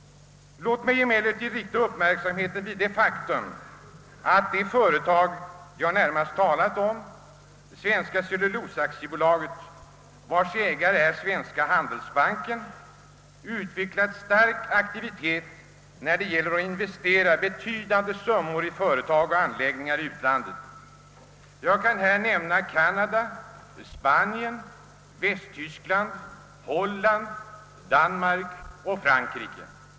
Låt mig emellertid fästa uppmärksamheten på det faktum att det företag jag närmast talat om, Svenska cellulosaaktiebolaget, vars ägare är Svenska handelsbanken, utvecklat en stark aktivitet när det gäller att investera betydande summor i företag och anläggningar i utlandet. Jag kan nämna Kanada, Spanien, Västtyskland, Holland, Danmark och Frankrike.